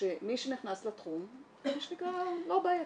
שמי שנכנס לתחום מה שנקרא, לא בעייתי.